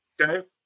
Okay